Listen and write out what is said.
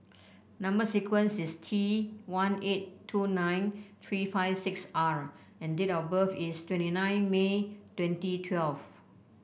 number sequence is T one eight two nine three five six R and date of birth is twenty nine May twenty twelve